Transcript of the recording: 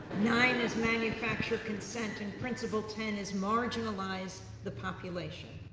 nine is manufacture consent, and principle ten is marginalize the population.